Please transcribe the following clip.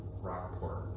Rockport